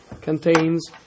contains